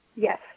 Yes